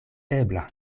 ebla